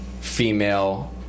female